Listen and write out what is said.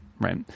right